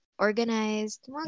organized